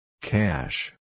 Cash